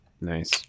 Nice